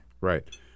Right